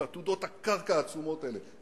את עתודות הקרקע העצומות האלה,